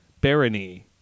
Barony